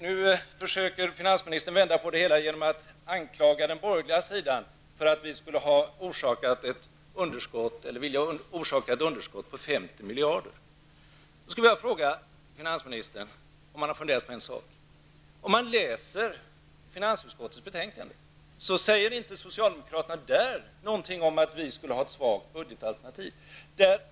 Nu försöker finansministern vända på det hela genom att anklaga den borgerliga sidan för att vilja orsaka ett underskott på 50 miljarder. Jag skulle vilja fråga finansministern om han har funderat på en sak. I finansutskottets betänkande säger inte socialdemokraterna någonting om att vi skulle ha ett svagt budgetalternativ.